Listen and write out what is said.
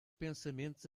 pensamentos